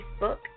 Facebook